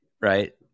Right